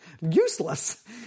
useless